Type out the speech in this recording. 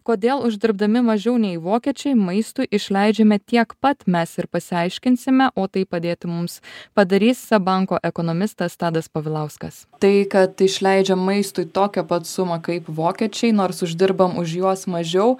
kodėl uždirbdami mažiau nei vokiečiai maistui išleidžiame tiek pat mes ir pasiaiškinsime o tai padėti mums padarys seb banko ekonomistas tadas pavilauskas tai kad išleidžiam maistui tokią pat sumą kaip vokiečiai nors uždirbam už juos mažiau